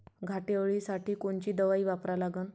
घाटे अळी साठी कोनची दवाई वापरा लागन?